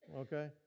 okay